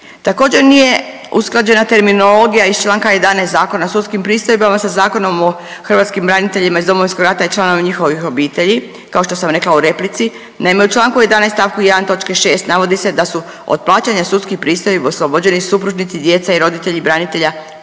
Također nije usklađena terminologija iz Članka 11. Zakona o sudskim pristojbama sa Zakonom o hrvatskim braniteljima iz Domovinskog rata i članova njihovih obitelji, kao što sam rekla u replici. Naime, u Članku 11. stavku 1. točke 6. navodi se da su od plaćanja sudskih pristojbi oslobođeni supružnici, djeca i roditelji branitelja